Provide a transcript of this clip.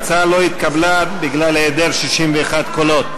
ההצעה לא התקבלה בגלל היעדר 61 קולות.